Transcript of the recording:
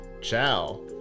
Ciao